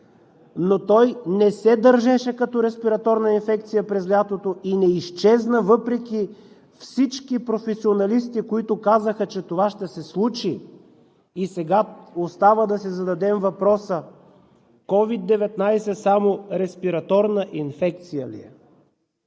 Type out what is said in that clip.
Но той не се държеше като респираторна инфекция през лятото и не изчезна, въпреки всички професионалисти, които казаха, че това ще се случи! Сега остава да си зададем въпроса: COVID-19 само респираторна инфекция ли е?